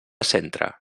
centre